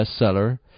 bestseller